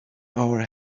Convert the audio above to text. our